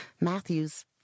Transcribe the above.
Matthews